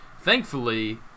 Thankfully